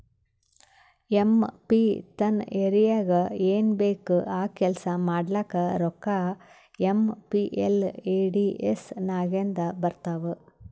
M P ತನ್ ಏರಿಯಾಗ್ ಏನ್ ಬೇಕ್ ಆ ಕೆಲ್ಸಾ ಮಾಡ್ಲಾಕ ರೋಕ್ಕಾ ಏಮ್.ಪಿ.ಎಲ್.ಎ.ಡಿ.ಎಸ್ ನಾಗಿಂದೆ ಬರ್ತಾವ್